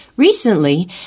Recently